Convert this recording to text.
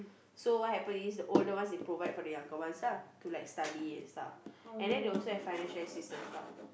so what happened is the older ones they provide for the younger ones lah to like study and stuff and they also have financial assistance what